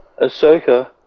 Ahsoka